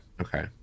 Okay